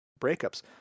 breakups